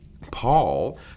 Paul